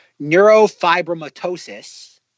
neurofibromatosis